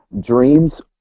dreams